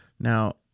Now